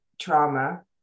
trauma